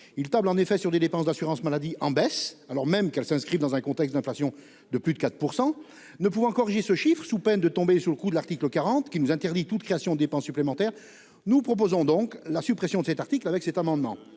Il table en effet sur des dépenses d'assurance maladie en baisse, alors même qu'elles s'inscrivent dans un contexte d'inflation de plus de 4 %. Ne pouvant corriger ce chiffre, sous peine de tomber sous le coup de l'article 40 de la Constitution, qui nous interdit la création de toute charge publique, nous proposons la suppression de cet article. À défaut,